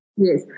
Yes